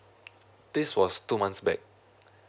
this was two months back